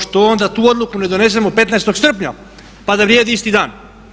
Što onda tu odluku ne donesemo 15. srpnja pa da vrijedi isti dan?